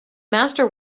master